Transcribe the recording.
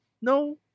No